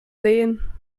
sehen